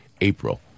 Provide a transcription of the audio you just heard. april